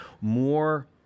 more